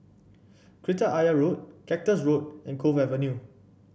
Kreta Ayer Road Cactus Road and Cove Avenue